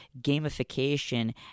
gamification